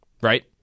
Right